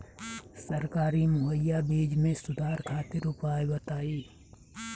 सरकारी मुहैया बीज में सुधार खातिर उपाय बताई?